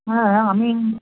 হ্যাঁ আমি